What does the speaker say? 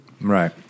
Right